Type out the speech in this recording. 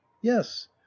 yes